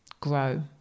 grow